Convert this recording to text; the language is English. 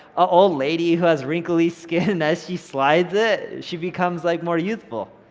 old lady who has wrinkly skin. as she slides it, she becomes like more youthful.